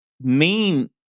main